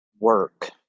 work